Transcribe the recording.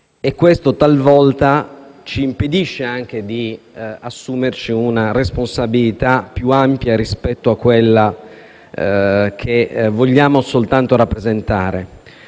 questo ci impedisce anche di assumerci una responsabilità più ampia rispetto a quella che vogliamo soltanto rappresentare.